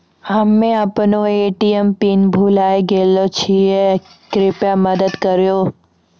हम्मे अपनो ATM PIN भुलाय गेलो छियै, कृपया मदत करहो